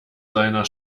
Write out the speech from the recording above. seiner